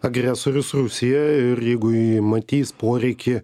agresorius rusijoj ir jeigu ji matys poreikį